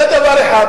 זה דבר אחד.